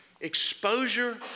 Exposure